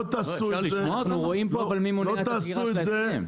לא תעשו את זה --- אנחנו רואים פה אבל מי מונע את הסגירה של ההסכם.